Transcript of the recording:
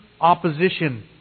opposition